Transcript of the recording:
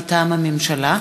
מטעם הממשלה: